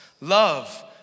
Love